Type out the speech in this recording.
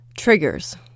triggers